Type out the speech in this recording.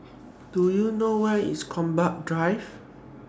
Do YOU know Where IS Gombak Drive